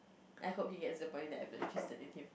I hope he gets the point that I'm not interested in him